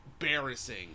embarrassing